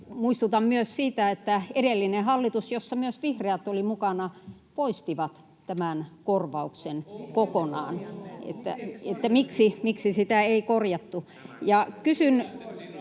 Muistutan myös siitä, että edellinen hallitus, jossa myös vihreät olivat mukana, poisti tämän korvauksen kokonaan. [Oikealta: